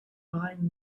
light